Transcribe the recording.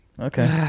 Okay